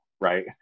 right